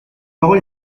parole